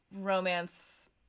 romance